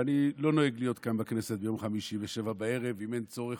ואני לא נוהג להיות כאן בכנסת ביום חמישי ב-19:00 אם אין צורך